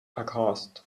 aghast